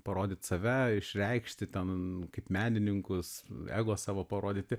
parodyt save išreikšti ten kaip menininkus ego savo parodyti